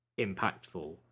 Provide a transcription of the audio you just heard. impactful